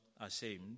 ashamed